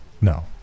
No